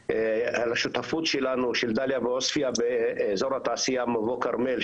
השותפות שלנו של דלייה ועוספייה באזור התעשייה מבוא כרמל,